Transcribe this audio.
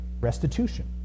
restitution